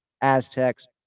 Aztecs